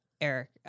Eric